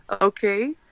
Okay